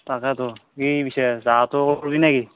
তাকেতো কি পিছে যোৱাতো কৰিবি নে কি